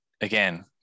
again